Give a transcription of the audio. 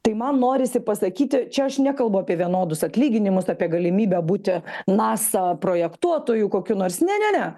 tai man norisi pasakyti čia aš nekalbu apie vienodus atlyginimus apie galimybę būti nasa projektuotoju kokiu nors ne ne ne